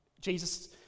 Jesus